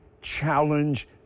challenge